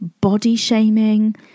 body-shaming